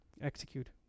execute